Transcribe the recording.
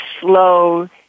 slow